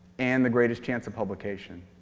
and the greatest chance of publication?